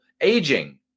aging